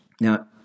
Now